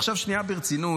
עכשיו שנייה ברצינות,